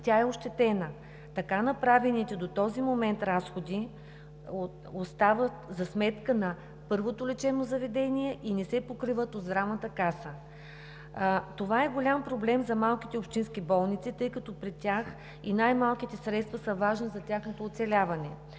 тя е ощетена. Така направените до този момент разходи остават за сметка на първото лечебно заведение и не се покриват от Здравната каса. Това е голям проблем за малките общински болници, тъй като при тях и най-малките средства са важни за оцеляването